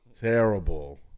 Terrible